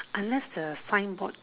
unless the sign board